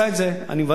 ואני מברך אותו על כך.